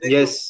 Yes